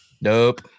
Nope